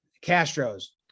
castros